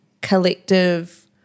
collective